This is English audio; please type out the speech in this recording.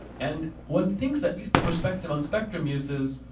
and when things at least the perspective on spectrum uses,